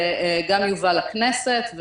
זה גם יובא לכנסת.